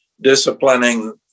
disciplining